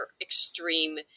extreme